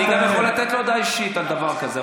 אני גם יכול לתת לו הודעה אישית על דבר כזה,